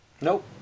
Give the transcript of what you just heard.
Nope